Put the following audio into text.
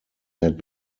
had